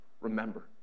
remember